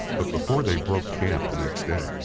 but before they broke camp the next day,